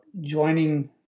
joining